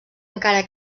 encara